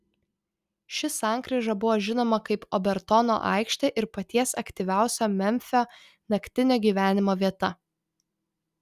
ši sankryža buvo žinoma kaip obertono aikštė ir paties aktyviausio memfio naktinio gyvenimo vieta